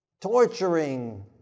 torturing